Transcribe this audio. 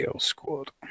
squad